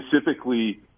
specifically